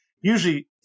usually